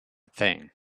thing